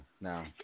now